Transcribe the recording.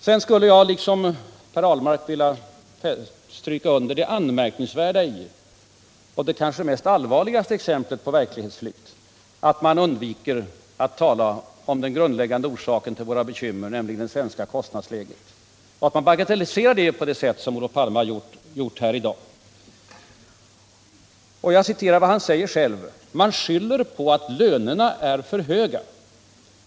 Sedan skulle jag liksom Per Ahlmark vilja stryka under det anmärkningsvärda i — det är kanske det allvarligaste exemplet på verklighetsflykt — att ni « undviker att tala om den grundläggande orsaken till våra bekymmer, nämligen det svenska kostnadsläget, och bagatelliserar svårigheterna på det sätt som Olof Palme gjort här i dag. Han sade: ”Man skyller på att lönerna är för höga.